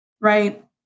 right